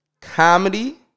comedy